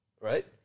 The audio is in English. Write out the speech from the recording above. right